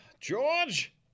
George